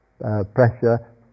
pressure